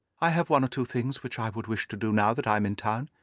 i have one or two things which i would wish to do now that i am in town.